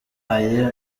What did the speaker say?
aye